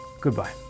Goodbye